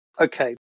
okay